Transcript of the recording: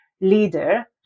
leader